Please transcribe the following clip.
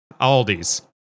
Aldis